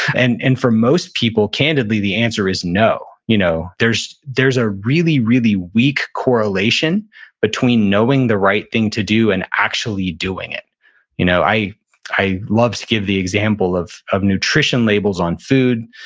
and and for most people, candidly, the answer is no. you know there's a ah really, really weak correlation between knowing the right thing to do and actually doing it you know i i love to give the example of of nutrition labels on food.